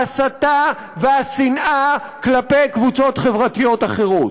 ההסתה והשנאה כלפי קבוצות חברתיות אחרות.